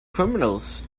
criminals